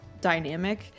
dynamic